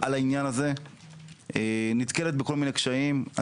העניין הזה נתקלת בכל מיני קשיים.